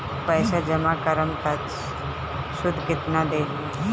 पैसा जमा करम त शुध कितना देही?